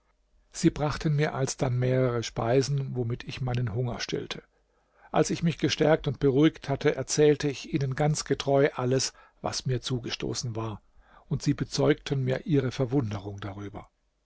sie brachten mir alsdann mehrere speisen womit ich meinen hunger stillte als ich mich gestärkt und beruhigt hatte erzählte ich ihnen ganz getreu alles was mir zugestoßen war und sie bezeugten mir ihre verwunderung darüber